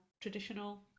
traditional